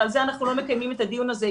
ועל זה אנחנו לא מקיימים את הדיון הזה.